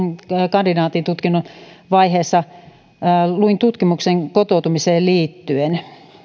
kandidaatin tutkinnon vaiheessa luin tutkimuksen kotoutumiseen liittyen